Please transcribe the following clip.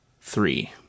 three